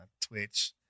Twitch